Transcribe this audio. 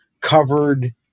covered